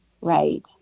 right